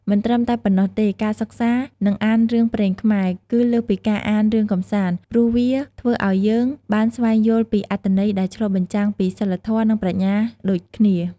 មិនត្រឹមតែប៉ុណ្ណោះទេ ការសិក្សា និងអានរឿងព្រេងខ្មែរ គឺលើសពីការអានរឿងកម្សាន្ត ព្រោះវាធ្វើឲ្យយើងបានស្វែងយល់ពីអត្ថន័យដែលឆ្លុះបញ្ចាំងពីសីលធម៌ និងប្រាជ្ញាដូចគ្នា។